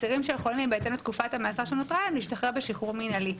האסירים שיכולים בהתאם לתקופת המאסר שנותרה להם להשתחרר בשחרור מינהלי.